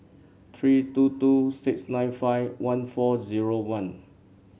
three two two six nine five one four zero one